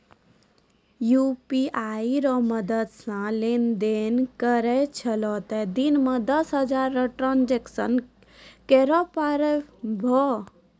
UPI रो मदद से लेनदेन करै छहो तें दिन मे दस हजार रो ट्रांजेक्शन करै पारभौ